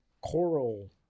coral